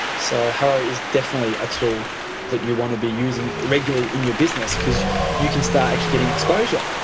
so haro is definitely a tool that you want to be using regularly in your business, because you can start actually getting exposure.